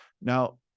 now